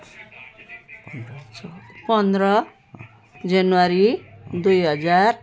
पन्ध्र जनवरी दुई हजार